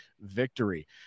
victory